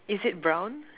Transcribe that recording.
is it brown